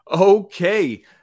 Okay